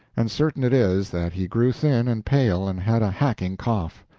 and certain it is that he grew thin and pale and had a hacking cough.